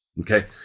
Okay